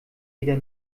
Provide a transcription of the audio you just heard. wieder